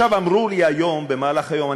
אמרו לי במהלך היום,